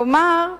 כלומר,